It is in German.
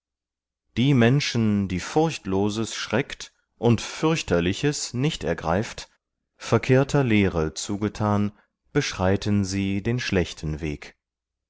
die menschen die furchtloses schreckt und fürchterliches nicht ergreift verkehrter lehre zugetan beschreiten sie den schlechten weg